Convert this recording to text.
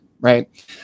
right